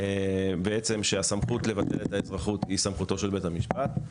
כאשר הסמכות לבטל את האזרחות היא סמכותו של בית המשפט.